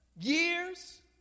Years